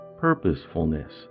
Purposefulness